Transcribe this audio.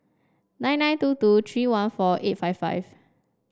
nine nine two two three one four eight five five